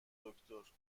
دکتر